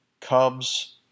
Cubs